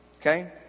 Okay